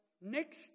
next